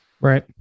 Right